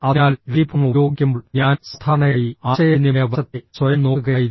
അതിനാൽ ടെലിഫോൺ ഉപയോഗിക്കുമ്പോൾ ഞാൻ സാധാരണയായി ആശയവിനിമയ വശത്തെ സ്വയം നോക്കുകയായിരുന്നു